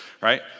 right